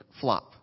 flop